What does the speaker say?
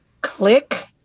click